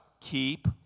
keep